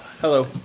Hello